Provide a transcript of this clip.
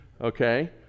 okay